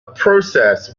process